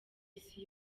isi